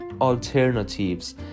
alternatives